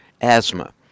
asthma